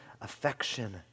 affection